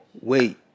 Wait